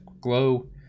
glow